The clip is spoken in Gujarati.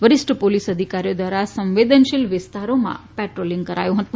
વરિષ્ઠ પોલીસ અધિકારીઓ દ્વારા સંવેદનશીલ વિસ્તારોમાં પેટ્રોલિંગ કરાયું હતું